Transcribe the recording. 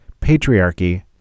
patriarchy